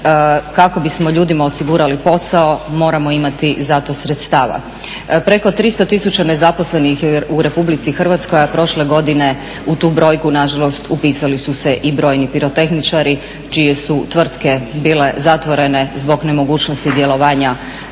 kako bismo ljudima osigurali posao moramo imati za to sredstava. Preko 300 tisuća nezaposlenih u Republici Hrvatskoj, a prošle godine u tu brojku nažalost upisali su se i brojni pirotehničari čije su tvrtke bile zatvorene zbog nemogućnosti djelovanja